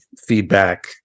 feedback